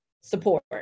support